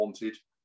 wanted